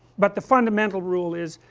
but the fundamental rule is,